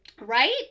Right